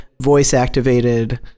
voice-activated